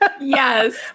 yes